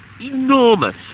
enormous